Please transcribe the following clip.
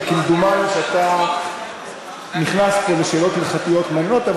וכמדומני שאתה נכנס פה לשאלות הלכתיות מעניינות,